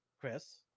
chris